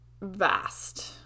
vast